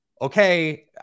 Okay